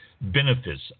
benefits